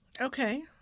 Okay